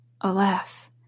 alas